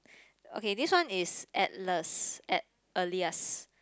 okay this one is atlas at~ alias